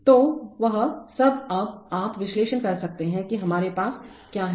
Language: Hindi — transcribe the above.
तो वह सब अब आप विश्लेषण कर सकते हैं कि हमारे पास क्या है